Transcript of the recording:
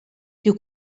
you